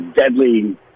deadly